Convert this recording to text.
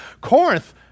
Corinth